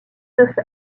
neuf